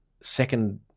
second